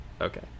okay